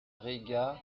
riga